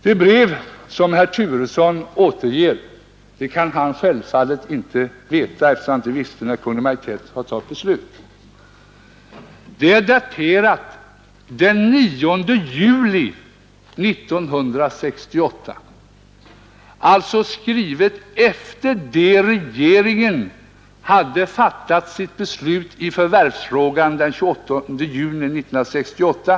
Herr Turesson återgav här ett brev som är daterat den 9 juli 1968 och således skrivet efter det att regeringen hade fattat sitt beslut i förvärvsfrågan den 28 juni 1968.